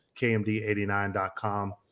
kmd89.com